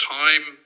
time